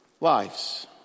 lives